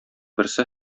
берсе